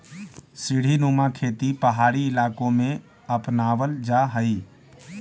सीढ़ीनुमा खेती पहाड़ी इलाकों में अपनावल जा हई